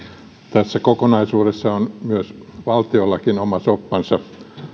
tässä kokonaisuudessa on myös valtiolla oma soppansa